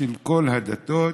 של כל הדתות,